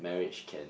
marriage can